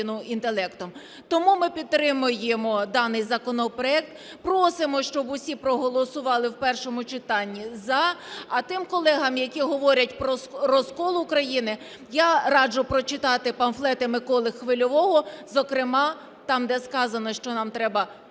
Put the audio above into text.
Тому ми підтримуємо даний законопроект. Просимо, щоб усі проголосували в першому читанні "за". А тим колегам, які говорять про розкол України, я раджу прочитати памфлети Миколи Хвильового, зокрема, там, де сказано, що нам треба